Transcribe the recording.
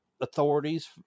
authorities